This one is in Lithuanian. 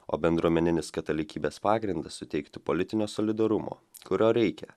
o bendruomeninis katalikybės pagrindas suteikti politinio solidarumo kurio reikia